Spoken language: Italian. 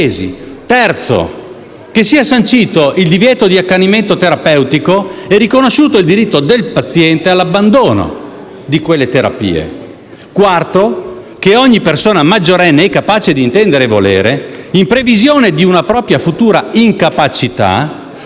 prevede che sia sancito il divieto di accanimento terapeutico e riconosciuto il diritto del paziente all'abbandono di quelle terapie. In quarto luogo, che ogni persona maggiorenne e capace d'intendere e volere, in previsione di una propria futura incapacità